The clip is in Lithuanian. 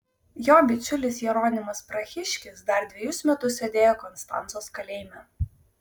jo bičiulis jeronimas prahiškis dar dvejus metus sėdėjo konstancos kalėjime